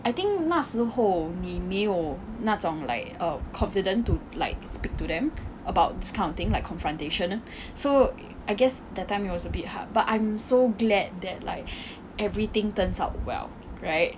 I think 那时候你没有那种 like err confident to like speak to them about this kind of thing like confrontation so I guess that time it was a bit hard but I'm so glad that like everything turns out well right